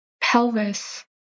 Pelvis